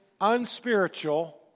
unspiritual